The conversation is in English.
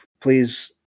please